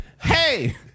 Hey